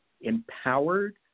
empowered